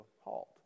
halt